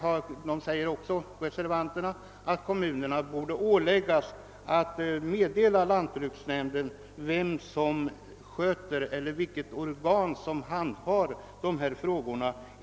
De säger också att kommunerna borde åläggas att meddela lantbruksnämnderna vilket organ inom kommunen som handhar dessa frågor.